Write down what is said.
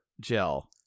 gel